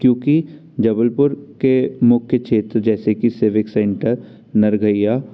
क्योंकि जबलपुर के मुख्य क्षेत्र जैसे कि सिविक सेंटर नरघहीया